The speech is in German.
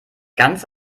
ganz